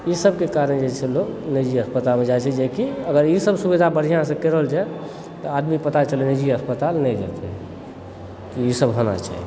ईसभकेँ कारण जे छै लोग निजी अस्पताल जाइ छै जेकि अगर ईसभ सुविधा बढ़िआँसे करल जाय तऽ आदमी पता चलतै जे निजी अस्पताल नहि जेतयए ईसभ होना चाही